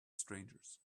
strangers